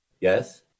Yes